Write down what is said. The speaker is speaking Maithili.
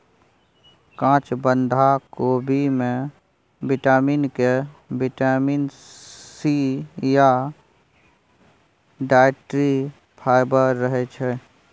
काँच बंधा कोबी मे बिटामिन के, बिटामिन सी या डाइट्री फाइबर रहय छै